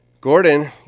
Gordon